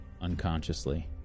unconsciously